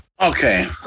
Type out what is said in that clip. Okay